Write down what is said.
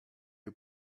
you